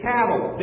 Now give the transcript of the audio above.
Cattle